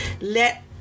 let